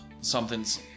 Something's